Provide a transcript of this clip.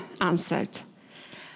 answered